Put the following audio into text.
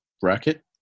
bracket